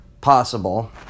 possible